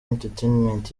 entertainment